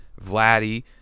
Vladdy